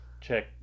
check